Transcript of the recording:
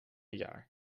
jaar